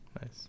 Nice